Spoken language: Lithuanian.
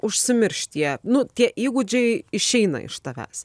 užsimirš tie nu tie įgūdžiai išeina iš tavęs